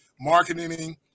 marketing